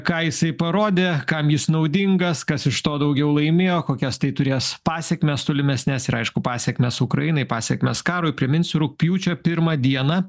ką jisai parodė kam jis naudingas kas iš to daugiau laimėjo kokias tai turės pasekmes tolimesnes ir aišku pasekmes ukrainai pasekmes karui priminsiu rugpjūčio pirmą dieną